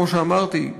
כמו שאמרתי,